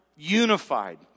Unified